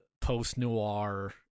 post-noir